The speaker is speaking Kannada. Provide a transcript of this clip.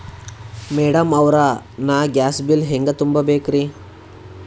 ಮೆಡಂ ಅವ್ರ, ನಾ ಗ್ಯಾಸ್ ಬಿಲ್ ಹೆಂಗ ತುಂಬಾ ಬೇಕ್ರಿ?